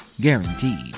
Guaranteed